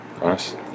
Nice